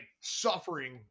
suffering